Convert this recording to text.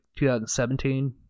2017